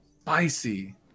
Spicy